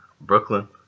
Brooklyn